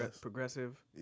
progressive